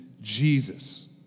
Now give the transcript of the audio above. Jesus